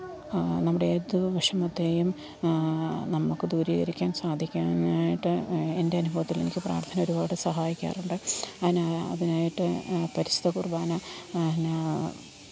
നമ്മുടെ ഏതു വിഷമത്തെയും നമുക്ക് ദൂരീകരിക്കാൻ സാധിക്കാനായിട്ട് എൻ്റെ അനുഭവത്തിൽ എനിക്ക് പ്രാർത്ഥന ഒരുപാട് സഹായിക്കാറുണ്ട് അതിനാണ് അതിനായിട്ട് പരിശുദ്ധ കുർബാന നെ